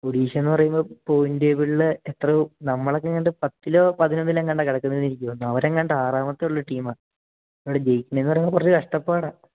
ഒഡീഷ എന്ന് പറയുമ്പം പോയ്ൻറ്റ് റ്റേബിൾൽ എത്ര നമ്മളൊക്കെങ്ങാണ്ട് പത്തിലോ പതിനൊന്നിലോ എങ്ങാണ്ടാ കിടക്കുന്നത് എന്ന് എനിക്ക് തോന്നുന്നത് അവരെങ്ങാണ്ട് ആറാമത്തെ ഉള്ള ടീമാ ഇവിടെ ജയിക്കണം എന്ന് പറയുമ്പം കുറച്ച് കഷ്ടപ്പാടാ